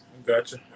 Gotcha